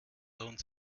lohnt